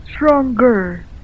stronger